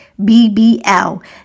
bbl